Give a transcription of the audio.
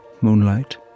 moonlight